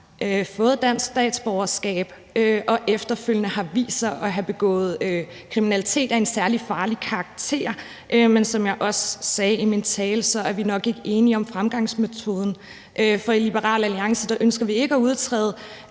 et dansk statsborgerskab, og som efterfølgende har vist sig at have begået kriminalitet af en særlig farlig karakter. Men som jeg også sagde i min tale, er vi nok ikke enige om fremgangsmåden. For i Liberal Alliance ønsker vi ikke at udtræde